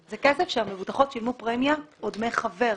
המבוטחות שילמו פרמיה או דמי חבר,